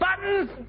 Buttons